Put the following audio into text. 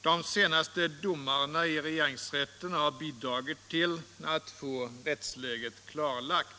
De senaste domarna i regeringsrätten har bidragit till att få rättsläget klarlagt.